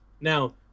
now